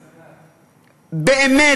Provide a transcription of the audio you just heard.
באמת,